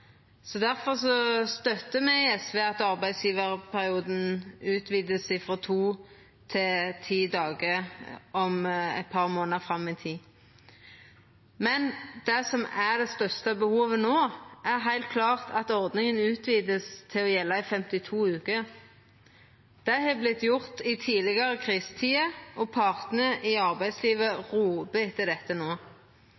støttar me i SV at arbeidsgjevarperioden vert utvida frå to til ti dagar eit par månader fram i tid. Men det som er det største behovet no, er heilt klart at ordninga vert utvida til å gjelda i 52 veker. Det har vorte gjort i tidlegare krisetider, og partane i arbeidslivet